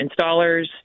installers